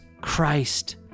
Christ